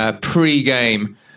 pre-game